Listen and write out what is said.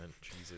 Jesus